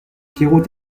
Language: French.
pierrot